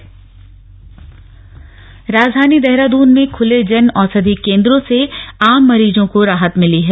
जन औषधि योजना राजधानी देहरादून में खुले जन औषधि केंद्रों से आम मरीजों को राहत मिली है